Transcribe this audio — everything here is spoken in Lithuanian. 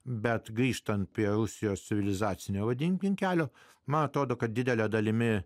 bet grįžtant prie alsios civilizacinio vadinkime kelio mato kad didele dalimi